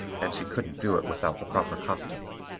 and she couldn't do it without the proper costumes.